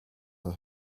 her